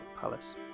palace